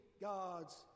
God's